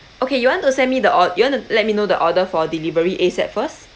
okay you want to send me the or you want to let me know the order for delivery ASAP first